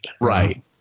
Right